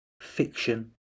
fiction